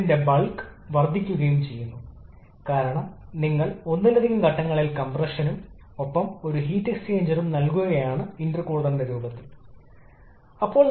ഇവിടെ സമ്മർദ്ദ അനുപാതത്തിൽ സമ്മർദ്ദത്താൽ കംപ്രഷനുശേഷം നമ്മൾക്ക് സമ്മർദ്ദമുണ്ട് കംപ്രഷന് മുമ്പ്